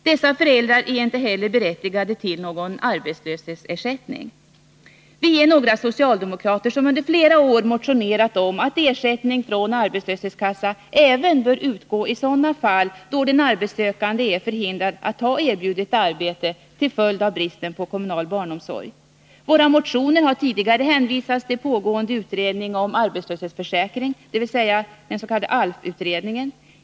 Dessa föräldrar är inte heller berättigade till någon arbetslöshetsersättning. Vi är några socialdemokrater som under flera år motionerat om att ersättning från arbetslöshetskassa bör utgå även i sådana fall där de arbetssökande är förhindrade att ta erbjudet arbete till följd av bristen på kommunal barnomsorg. Våra motioner har tidigare hänvisats till pågående utredning om arbetslöshetsförsäkring, den s.k. ALF-utredningen.